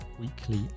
Weekly